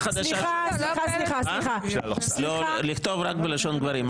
בזמן האחרון הנחיה חדשה לכתוב רק בלשון גברים.